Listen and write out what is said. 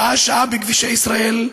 שעה-שעה בכבישי ישראל,